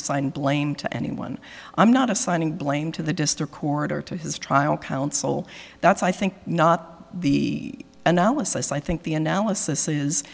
assign blame to anyone i'm not assigning blame to the district court or to his trial counsel that's i think not the analysis i think the analysis is